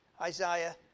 Isaiah